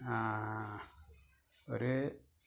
ഒരു